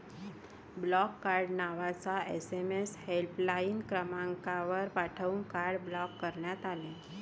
block card नावाचा SMS helpline क्रमांकावर पाठवून कार्ड ब्लॉक करण्यात आले